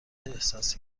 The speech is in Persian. احساسی